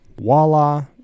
Voila